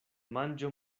manĝo